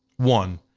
one,